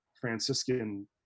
Franciscan